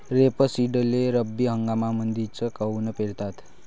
रेपसीडले रब्बी हंगामामंदीच काऊन पेरतात?